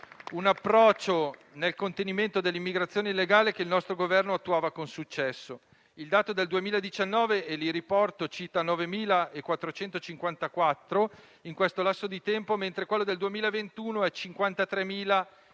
un approccio nel contenimento dell'immigrazione illegale che il nostro Governo attuava con successo. Il dato del 2019, che riporto, è di 9.454 in questo lasso di tempo, mentre quello del 2021 è 53.678: